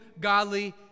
godly